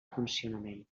funcionament